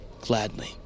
Gladly